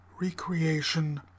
recreation